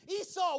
Esau